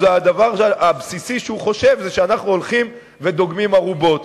אז הדבר הבסיסי שהוא חושב זה שאנחנו הולכים ודוגמים ארובות.